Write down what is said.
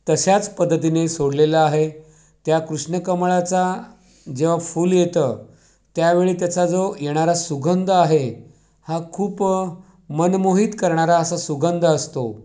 तशाच पद्धतीने सोडलेलं आहे त्या कृष्णकमळाचा जेव्हा फुल येतं त्यावेळी त्याचा जो येणारा सुगंध आहे हा खूप मनमोहित करणारा असा सुगंध असतो